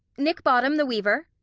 nick bottom, the weaver.